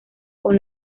con